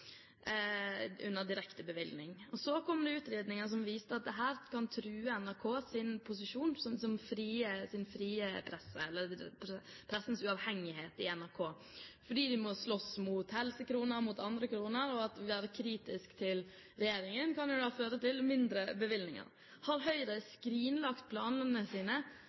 under direktebevilgning. Så kom det utredninger som viste at dette kan true pressens uavhengighet i NRK, fordi de må slåss mot helsekroner, mot andre kroner, og at det å være kritisk til regjeringen kan føre til mindre bevilgninger. Har Høyre skrinlagt disse planene som følge av utredningen, og er de nå for kringkastingsavgift, eller er de enig med sine